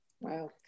Wow